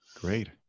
Great